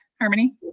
Harmony